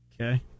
Okay